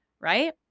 right